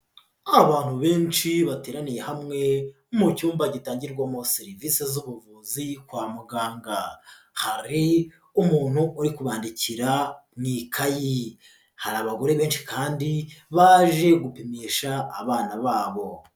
Abantu benshi bateraniye hamwe, mu cyumba gitangirwamo serivisi z'ubuvuzi kwa muganga, hari umuntu uri kubandikira mu ikayi, hari abagore benshi kandi baje gupimisha abana babo.